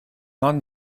not